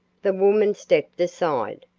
the woman stepped aside,